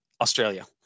Australia